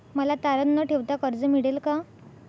मला तारण न ठेवता कर्ज मिळेल का?